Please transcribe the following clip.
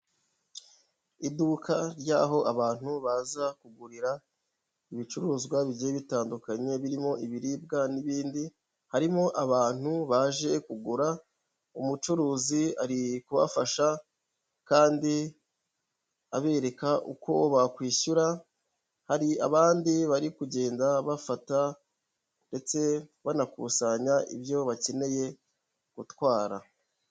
Iduka ry'aho abantu baza kugurira ibicuruzwa bigiye bitandukanye birimo ibiribwa n'ibindi, harimo abantu baje kugura, umucuruzi ari kubafasha kandi abereka uko bakwishyura, hari abandi bari kugenda bafata ndetse banakusanya ibyo bakeneye gutwara.